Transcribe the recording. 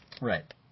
Right